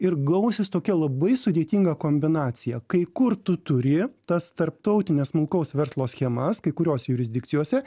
ir gausis tokia labai sudėtinga kombinacija kai kur tu turi tas tarptautines smulkaus verslo schemas kai kuriose jurisdikcijose